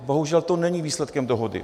Bohužel to není výsledkem dohody.